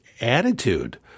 attitude